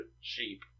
sheep